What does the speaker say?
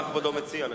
מה כבודו מציע?